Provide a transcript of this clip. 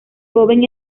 joven